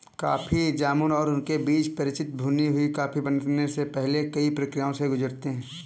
coffee जामुन और उनके बीज परिचित भुनी हुई कॉफी बनने से पहले कई प्रक्रियाओं से गुजरते हैं